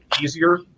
easier